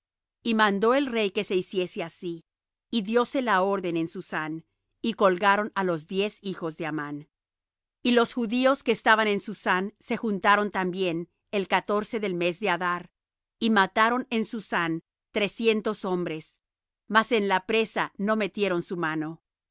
y mandó el rey que se hiciese así y dióse la orden en susán y colgaron á los diez hijos de amán y los judíos que estaban en susán se juntaron también el catorce del mes de adar y mataron en susán trescientos hombres mas en la presa no metieron su mano en